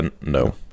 no